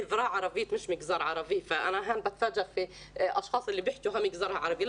מדובר בחברה הערבית ולא במגזר הערבי,